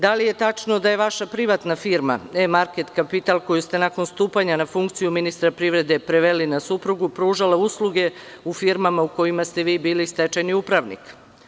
Da li je tačno da je vaša privatna firma „E Market kapital“ koju ste nakon stupanja na funkciju ministra privrede preveli na suprugu, pružala usluge u firmama u kojima ste vi bili stečajni upravnik?